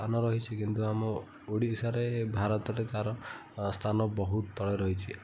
ସ୍ଥାନ ରହିଛି କିନ୍ତୁ ଆମ ଓଡ଼ିଶାରେ ଭାରତରେ ତା'ର ସ୍ଥାନ ବହୁତ ତଳେ ରହିଛି